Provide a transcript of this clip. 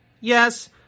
yes